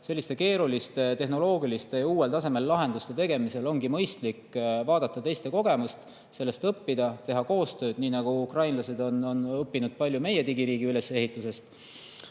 Selliste keeruliste tehnoloogiliste ja uuel tasemel lahenduste tegemisel ongi mõistlik vaadata teiste kogemust, sellest õppida, teha koostööd, nii nagu ukrainlased on õppinud palju meie digiriigi ülesehitusest.